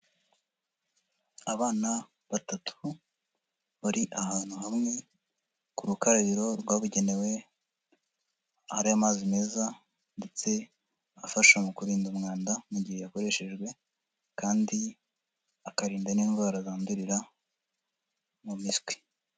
Abana batatu bari ahantu hamwe ku rukarabiro rwabugenewe ahari amazi meza ndetse afasha mu kurinda umwanda mu gihe yakoreshejwe kandi akarinda n'indwara zandurira mu mpiswi.